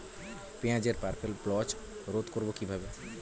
পেঁয়াজের purple blotch রোধ করবো কিভাবে?